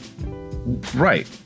right